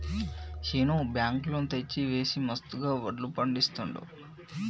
Seenu bank loan తెచ్చి వేసి మస్తుగా వడ్లు పండిస్తున్నాడు